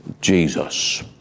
Jesus